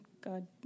God